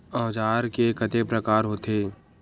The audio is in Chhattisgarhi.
औजार के कतेक प्रकार होथे?